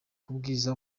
kubwiza